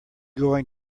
going